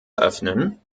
öffnen